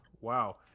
wow